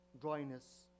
dryness